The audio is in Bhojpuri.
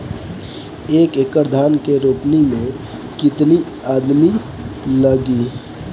एक एकड़ धान के रोपनी मै कितनी आदमी लगीह?